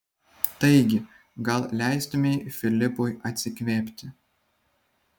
taigi gal leistumei filipui atsikvėpti